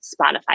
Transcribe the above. spotify